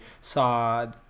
saw